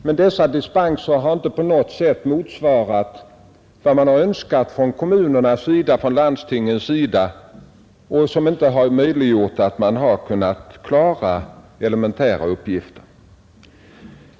Men dispenserna har inte på något sätt motsvarat vad som önskats från kommunernas och landstingens sida och har inte gjort det möjligt att kunna klara elementära uppgifter.